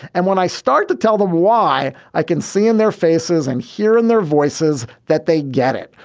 and when i start to tell them why, i can see in their faces and hear in their voices that they get it.